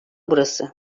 burası